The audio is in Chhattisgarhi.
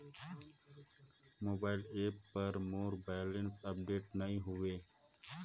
मोबाइल ऐप पर मोर बैलेंस अपडेट नई हवे